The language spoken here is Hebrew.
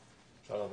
אדו.